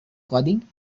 coding